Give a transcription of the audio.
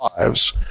lives